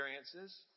experiences